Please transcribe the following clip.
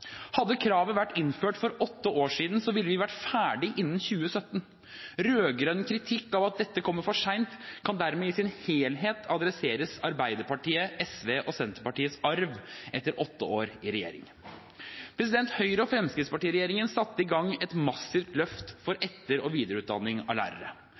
Hadde kravet vært innført for åtte år siden, ville vi ha vært ferdige innen 2017. Rød-grønn kritikk av at dette kommer for sent, kan dermed i sin helhet adresseres til Arbeiderpartiet, Sosialistisk Venstreparti og Senterpartiets arv etter åtte år i regjering. Høyre–Fremskrittsparti-regjeringen satt i gang et massivt løft for etter- og videreutdanning av lærere.